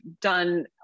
done